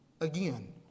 again